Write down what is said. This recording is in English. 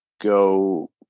go